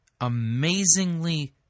amazingly